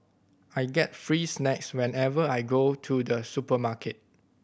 I get free snacks whenever I go to the supermarket